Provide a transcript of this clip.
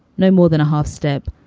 no more than a half step,